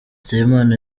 nsabimana